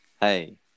Hey